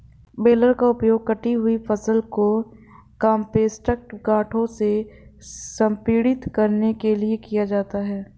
baler का उपयोग कटी हुई फसल को कॉम्पैक्ट गांठों में संपीड़ित करने के लिए किया जाता है